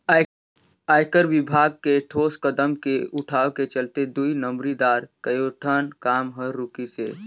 आयकर विभाग के ठोस कदम के उठाव के चलते दुई नंबरी दार कयोठन काम हर रूकिसे